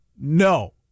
no